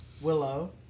willow